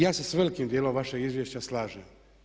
Ja se s velikim dijelom vašeg izvješća slažem.